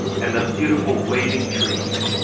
and the beautiful waving trees.